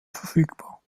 verfügbar